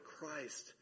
Christ